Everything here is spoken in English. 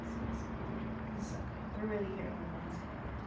next poem is so great. we're really here on a wednesday.